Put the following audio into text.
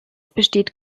besteht